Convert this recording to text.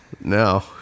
no